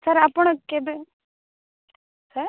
sir ଆପଣ କେବେ sir